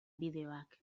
bideoak